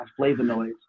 flavonoids